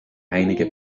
einige